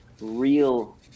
real